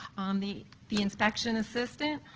um the the inspection assistant.